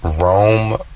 Rome